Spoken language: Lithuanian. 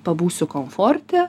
pabūsiu komforte